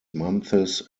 months